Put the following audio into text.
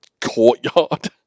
courtyard